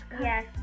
yes